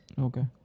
Okay